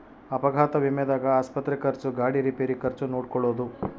ಅಪಘಾತ ವಿಮೆದಾಗ ಆಸ್ಪತ್ರೆ ಖರ್ಚು ಗಾಡಿ ರಿಪೇರಿ ಖರ್ಚು ನೋಡ್ಕೊಳೊದು